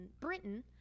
Britain